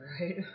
right